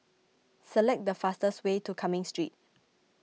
Select the fastest way to Cumming Street